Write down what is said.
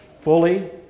fully